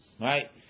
Right